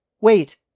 Wait